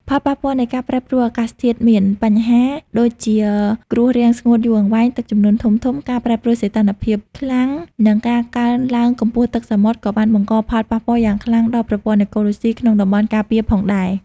ផលប៉ះពាល់នៃការប្រែប្រួលអាកាសធាតុមាន បញ្ហាដូចជាគ្រោះរាំងស្ងួតយូរអង្វែង ទឹកជំនន់ធំៗ ការប្រែប្រួលសីតុណ្ហភាពខ្លាំង និងការកើនឡើងកម្ពស់ទឹកសមុទ្រ ក៏បានបង្កផលប៉ះពាល់យ៉ាងខ្លាំងដល់ប្រព័ន្ធអេកូឡូស៊ីក្នុងតំបន់ការពារផងដែរ។